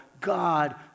God